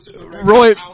Roy